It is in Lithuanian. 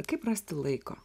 kaip rasti laiko